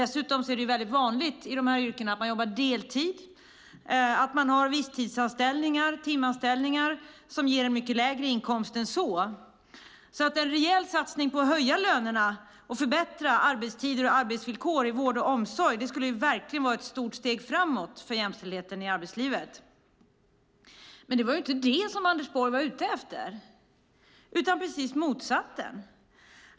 Dessutom är det väldigt vanligt i de här yrkena att man jobbar deltid och att man har visstids eller timanställningar som ger mycket lägre inkomst än så. En rejäl satsning på att höja lönerna och på att förbättra arbetstider och arbetsvillkor i vård och omsorg skulle verkligen vara ett stort steg framåt för jämställdheten i arbetslivet. Men det var inte det som Anders Borg var ute efter utan precis motsatsen.